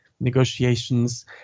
negotiations